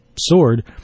sword